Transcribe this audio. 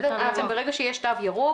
ברגע שיש תו ירוק,